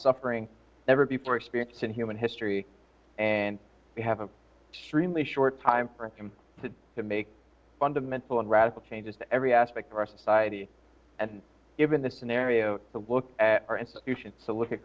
upbring never before experienced in human history and we have an extremely short time for him to to make fundamental and radical changes to every aspect of our society and given the scenario to look at our institutions to look at